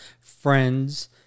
friends